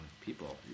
people